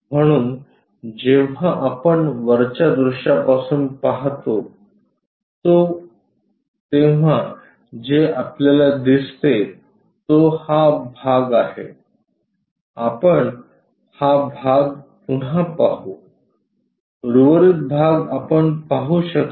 म्हणून जेव्हा आपण वरच्या दृश्यापासून पाहतो तो तेव्हा जे आपल्याला दिसते तो हा भाग आहे आपण हा भाग पुन्हा पाहु उर्वरित भाग आपण पाहू शकत नाही